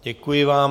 Děkuji vám.